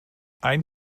ein